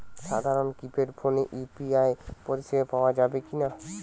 সাধারণ কিপেড ফোনে ইউ.পি.আই পরিসেবা পাওয়া যাবে কিনা?